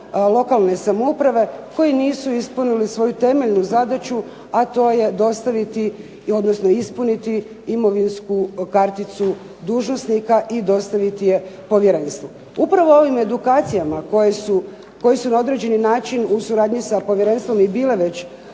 lokalne samouprave koji nisu ispunili svoju temeljnu zadaću, a to je dostaviti odnosno ispuniti imovinsku karticu dužnosnika i dostaviti je povjerenstvu. Upravo ovim edukacijama koje su na određeni način u suradnji sa povjerenstvom i bile već